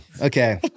Okay